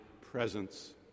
presence